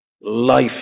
life